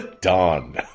Dawn